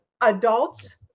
Adults